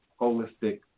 holistic